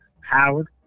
Howard